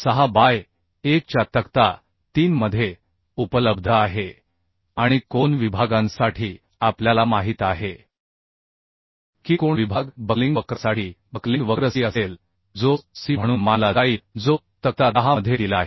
6 by 1 च्या तक्ता 3 मध्ये उपलब्ध आहे आणि कोन विभागांसाठी आपल्याला माहित आहे की कोण विभाग बक्लिंग वक्रासाठी बक्लिंग वक्र सी असेल जो सी म्हणून मानला जाईल जो तक्ता 10 मध्ये दिला आहे